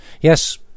Yes